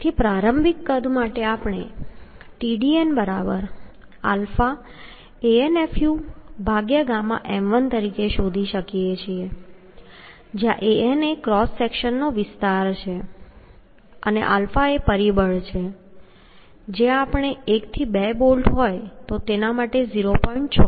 તેથી પ્રારંભિક કદ માટે આપણે TdnɑAnfuɣm1 તરીકે શોધી શકો છો જ્યાં An એ ક્રોસ સેક્શનનો ચોખ્ખો વિસ્તાર છે અને આલ્ફા એ પરિબળ છે જે આપણે જો 1 થી 2 બોલ્ટ હોય તો 0